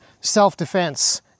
self-defense